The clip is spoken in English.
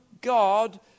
God